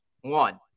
One